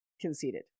conceded